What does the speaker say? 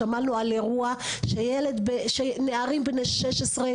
שמענו על אירוע שנערים בני 16,